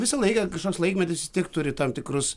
visą laiką kažkoks laikmetis vis tiek turi tam tikrus